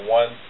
one